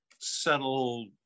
settle